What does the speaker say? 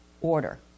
order